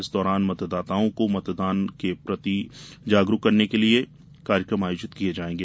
इस दौरान मतदाताओं को मतदान प्रति जागरूक करने के लिए कई कार्यक्रम आयोजित किये जायेंगे